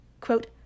Quote